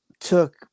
took